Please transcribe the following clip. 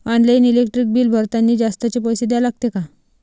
Online electric bill भरतानी जास्तचे पैसे द्या लागते का?